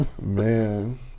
Man